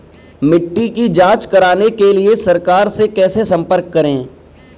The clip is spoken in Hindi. मिट्टी की जांच कराने के लिए सरकार से कैसे संपर्क करें?